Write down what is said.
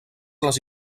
les